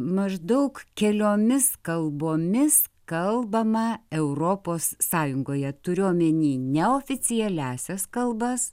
maždaug keliomis kalbomis kalbama europos sąjungoje turiu omeny ne oficialiąsias kalbas